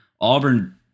Auburn